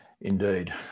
Indeed